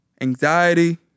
anxiety